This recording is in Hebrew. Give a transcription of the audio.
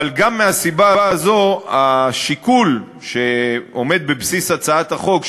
אבל גם מהסיבה הזאת השיקול שעומד בבסיס הצעת החוק,